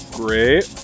great